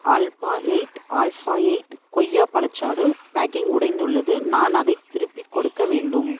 alpha eight alpha eight கொய்யா பழச்சாறு packing உடைந்துள்ளது நான் அதை திருப்பிக் கொடுக்க வேண்டும்